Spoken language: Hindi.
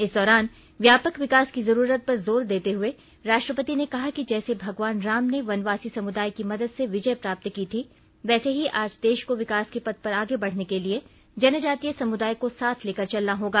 इस दौरान व्यापक विकास की जरूरत पर जोर देते हुए राष्ट्रपति ने कहा कि जैसे भगवान राम ने वनवासी समुदाय की मदद से विजय प्राप्त की थी वैसे ही आज देश को विकास के पथ पर आगे बढ़ने के लिए जनजातीय समुदाय को साथ लेकर चलना होगा